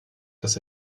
das